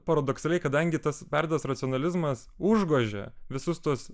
paradoksaliai kadangi tas perdėtas racionalizmas užgožė visus tuos